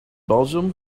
belgium